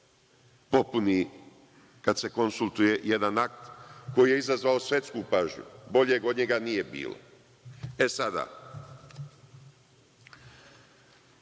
popuni kad se konsultuje jedan akt koji je izazvao svetsku pažnju. Boljeg od njega nije bilo. Sada,